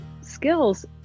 skills